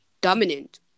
dominant